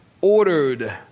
ordered